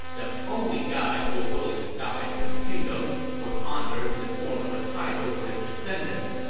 the only guy who was willing to die for his kingdom, was honored in the form of a title for his descendants.